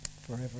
forever